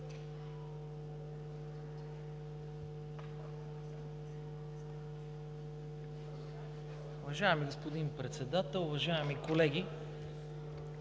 Уважаема госпожо Председател, уважаеми колеги